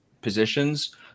positions